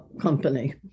company